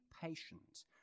patient